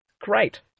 Great